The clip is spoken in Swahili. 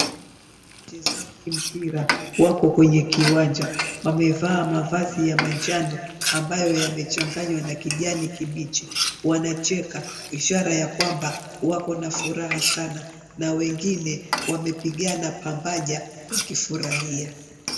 Wachezaji mpira wako kwenye kiwanja, wamevaa mavazi ya manjano ambayo yamechanganywa na kijani kibichi, wanacheka ishara ya kwamba wako na furaha sana na wengine wamepigana pambaja wakifurahia.